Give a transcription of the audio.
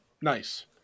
nice